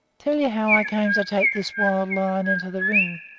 tell you how i came to take this wild lion into the ring.